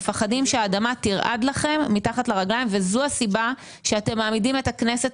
מפחדים שהאדמה תרעד לכם מתחת לרגליים וזו הסיבה שאתם מעמידים את הכנסת